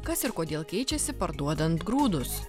kas ir kodėl keičiasi parduodant grūdus